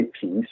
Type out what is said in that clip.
peace